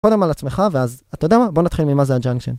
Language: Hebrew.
קודם על עצמך ואז, אתה יודע מה? בוא נתחיל ממה זה הג'אנקשן